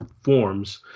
forms